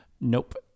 Nope